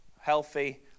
healthy